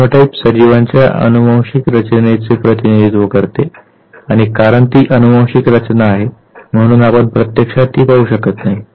genotype सजीवांच्या अनुवांशिक रचनेचे प्रतिनिधित्व करते आणि कारण ती अनुवांशिक रचना आहे म्हणून आपण प्रत्यक्षात ती पाहू शकत नाही